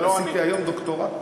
עשיתי היום דוקטורט.